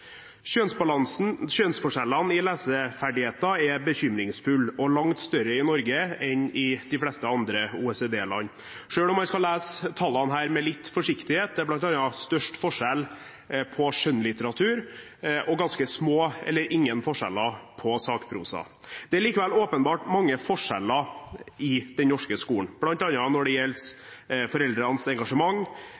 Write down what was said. Kjønnsforskjellene i leseferdigheter er bekymringsfulle og langt større i Norge enn i de fleste andre OECD-land, selv om man skal lese tallene her med litt forsiktighet – det er bl.a. størst forskjell på skjønnlitteratur og ganske små eller ingen forskjell på sakprosa. Det er likevel åpenbart mange forskjeller i den norske skolen, bl.a. når det gjelder foreldrenes engasjement,